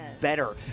better